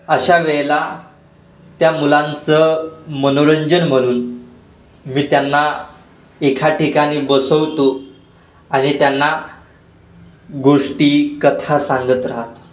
अशा वेळेला त्या मुलांचं मनोरंजन म्हणून मी त्यांना एका ठिकाणी बसवतो आणि त्यांना गोष्टी कथा सांगत राहतो